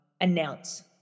announce